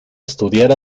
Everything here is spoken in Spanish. estudiar